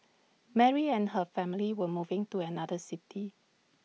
Mary and her family were moving to another city